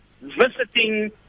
visiting